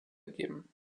geben